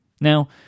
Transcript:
Now